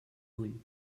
ull